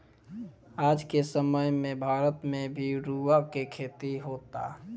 आज के समय में भारत में भी रुआ के खेती होता